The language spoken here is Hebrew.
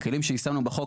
הכלים שיישמנו בחוק,